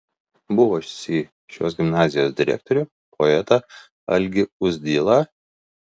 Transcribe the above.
buvusį šios gimnazijos direktorių poetą algį uzdilą